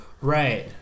Right